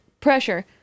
pressure